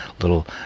little